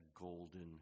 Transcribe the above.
golden